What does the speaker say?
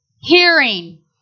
hearing